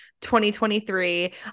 2023